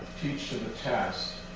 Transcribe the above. teaching the test,